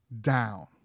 down